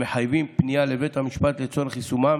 המחייבים פנייה לבית משפט לצורך יישומם,